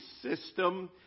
system